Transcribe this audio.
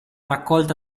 raccolta